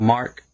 Mark